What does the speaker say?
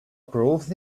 proof